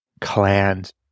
clan's